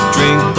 Drink